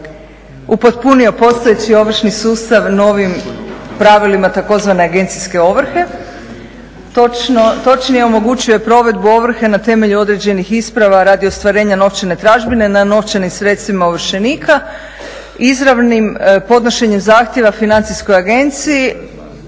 upotpunio postojeći ovršni sustav novim pravilima tzv. agencijske ovrhe, točnije omogućio je provedbu ovrhe na temelju određenih isprava radi ostvarenja novčane tražbine na novčanim sredstvima ovršenika izravnim podnošenjem zahtjeva Financijskoj agenciji,